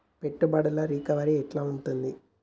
పెట్టుబడుల రికవరీ ఎట్ల ఉంటది?